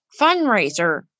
fundraiser